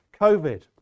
COVID